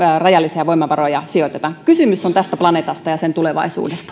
rajallisia voimavaroja sijoitetaan kysymys on tästä planeetasta ja sen tulevaisuudesta